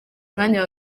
mwanya